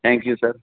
thank you sir